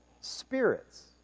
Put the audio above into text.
spirits